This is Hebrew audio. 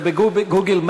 זה בגוגל,